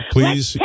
Please